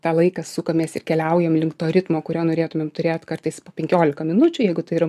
tą laiką sukamės ir keliaujam link to ritmo kurio norėtumėm turėt kartais po penkiolika minučių jeigu tai yra